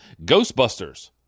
Ghostbusters